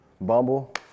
Bumble